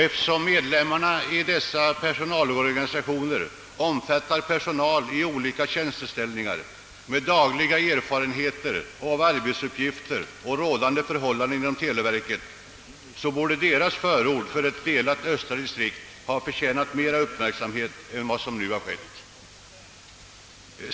Eftersom medlemmarna i dessa personalorganisationer omfattar personal i olika tjänsteställningar med dagliga erfarenheter av arbetsuppgifter och rådande förhållanden inom televerket, så borde deras förord för ett delat östra distrikt ha förtjänat mera uppmärksamhet än som skett.